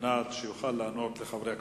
כדי שיוכל לענות לחברי הכנסת.